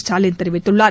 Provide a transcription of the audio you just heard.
ஸ்டாலின் தெரிவித்துள்ளார்